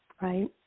right